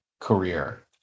career